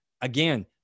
Again